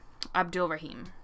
Abdulrahim